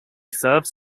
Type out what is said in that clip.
serves